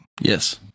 yes